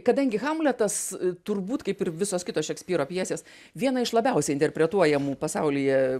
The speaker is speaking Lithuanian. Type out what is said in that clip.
kadangi hamletas turbūt kaip ir visos kitos šekspyro pjesės viena iš labiausiai interpretuojamų pasaulyje